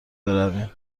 برویم